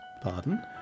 Pardon